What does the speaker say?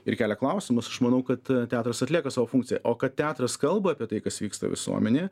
ir kelia klausimus aš manau kad teatras atlieka savo funkciją o kad teatras kalba apie tai kas vyksta visuomenėj